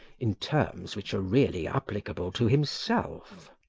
in terms which are really applicable to himself.